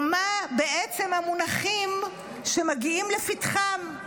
ומה בעצם המונחים שמגיעים לפתחם.